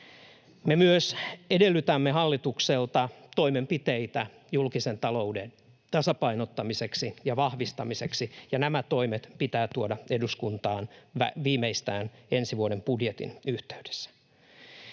Me myös edellytämme hallitukselta toimenpiteitä julkisen talouden tasapainottamiseksi ja vahvistamiseksi, ja nämä toimet pitää tuoda eduskuntaan viimeistään ensi vuoden budjetin yhteydessä.